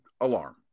alarm